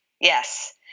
Yes